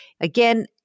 Again